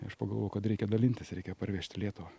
ir aš pagalvojau kad reikia dalintis reikia parvežt į lietuvą